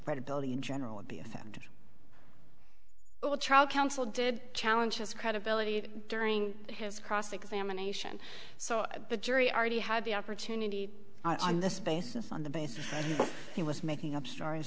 credibility in general would be offended all trial counsel did challenge his credibility during his cross examination so the jury already had the opportunity on this basis on the basis he was making up stories